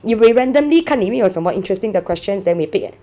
you ran~ randomly 看里面有什么 interesting 的 questions then 你 pick eh